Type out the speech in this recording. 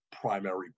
primary